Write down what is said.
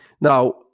now